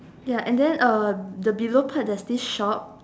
ya and then uh the below part there's this shop